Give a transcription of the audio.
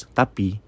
tapi